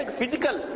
physical